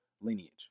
lineage